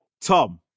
Tom